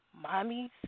mommy's